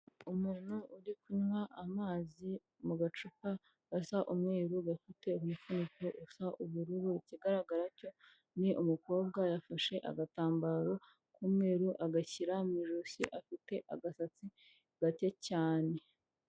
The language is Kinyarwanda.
Umuntu uri kunywa amazi mu gacupa gasa umweru gafite umufuniko usa ubururu, ikigaragara cyo ni umukobwa yafashe agatambaro k'umweru agashyira mu ijosi afite agasatsi gake cyane.